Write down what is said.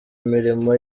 imirimo